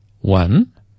One